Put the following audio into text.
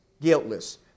guiltless